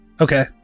Okay